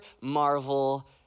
Marvel